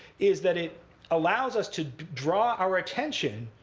is that it allows us to draw our attention,